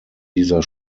dieser